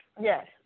Yes